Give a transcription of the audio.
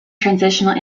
transitional